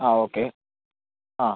ആ ഓക്കെ ആ